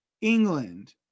England